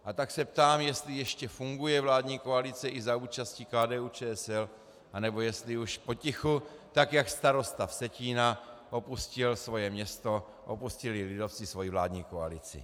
A tak se ptám, jestli ještě funguje vládní koalice i za účasti KDUČSL, anebo jestli už potichu, tak jak starosta Vsetína opustil svoje město, opustili lidovci svoji vládní koalici.